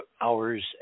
hours